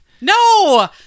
No